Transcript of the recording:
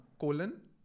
colon